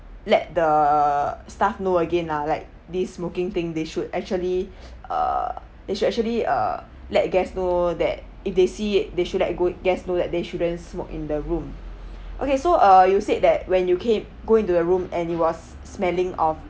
let the staff know again lah like this smoking thing they should actually uh they should actually uh let guests know that if they see it they should let go it guests know that they shouldn't smoke in the room okay so uh you said that when you came go into the room and it was smelling off